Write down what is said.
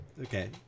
Okay